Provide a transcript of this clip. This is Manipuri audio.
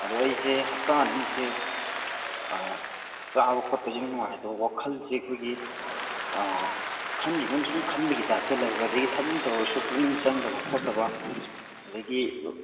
ꯑꯗꯣ ꯑꯩꯁꯦ ꯍꯞꯇꯥ ꯑꯅꯤꯃꯨꯛꯁꯦ ꯆꯥꯕ ꯈꯣꯠꯄꯁꯦ ꯏꯅꯨꯡ ꯅꯨꯡꯉꯥꯏꯇꯕ ꯋꯥꯈꯜꯁꯦ ꯑꯩꯈꯣꯏꯒꯤ ꯈꯟꯒꯤꯕ ꯑꯃ ꯁꯨꯝ ꯈꯟꯕꯒꯤ ꯇꯥꯏꯞꯇ ꯂꯩꯕ ꯑꯗꯒꯤ ꯊꯕꯛ ꯑꯃ ꯇꯧꯔꯁꯨ ꯄꯨꯛꯅꯤꯡ ꯆꯪꯗꯕ ꯈꯣꯠꯇꯅ ꯑꯗꯒꯤ